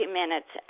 minutes